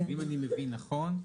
אם אני מבין נכון,